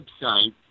website